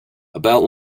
about